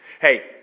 Hey